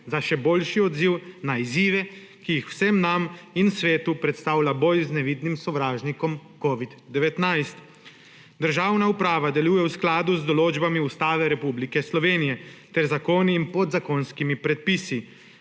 za še boljši odziv na izzive, ki jih vsem nam in svetu predstavlja boj z nevidnim sovražnikom covidom-19. Državna uprava deluje v skladu z določbami Ustave Republike Slovenije ter zakoni in podzakonskimi predpisi.